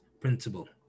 principle